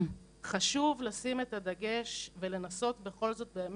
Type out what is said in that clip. חשוב לשים את הדגש, ולנסות בכל זאת, באמת.